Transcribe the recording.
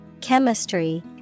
Chemistry